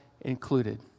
included